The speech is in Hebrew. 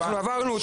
אנחנו עברנו אותה,